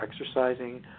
exercising